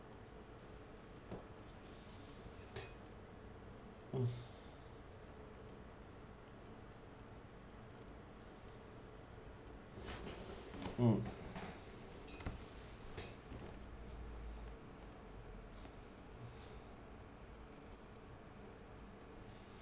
mm mm